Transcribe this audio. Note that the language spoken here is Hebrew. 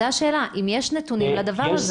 זאת השאלה, אם יש נתונים לדבר הזה.